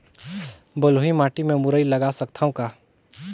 बलुही माटी मे मुरई लगा सकथव का?